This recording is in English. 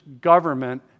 government